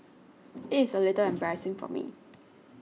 it is a little embarrassing for me